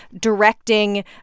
directing